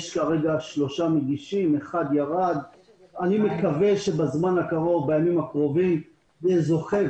אני מקווה שבימים הקרובים יהיה זוכה,